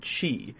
chi